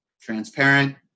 transparent